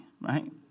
right